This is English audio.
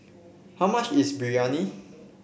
how much is Biryani